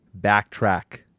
backtrack